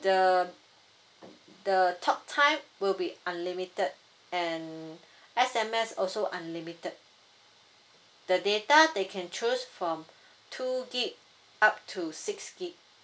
the the talk time will be unlimited and S_M_S also unlimited the data they can choose from two gig up to six gig